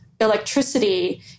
electricity